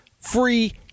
free